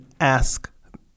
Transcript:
ask